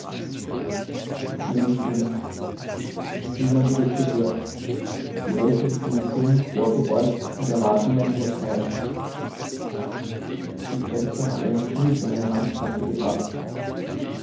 ich sehe mich um niemand hat es gehört die eltern stehen stumm vorgebeugt und erwarten mein urteil die schwester hat einen stuhl für meine handtasche gebracht